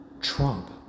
trump